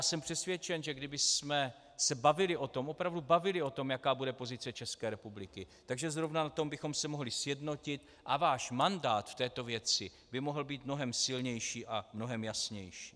Jsem přesvědčen, že kdybychom se bavili o tom, opravdu bavili o tom, jaká bude pozice České republiky, že zrovna na tom bychom se mohli sjednotit a váš mandát v této věci by mohl být mnohem silnější a mnohem jasnější.